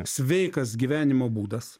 sveikas gyvenimo būdas